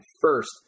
first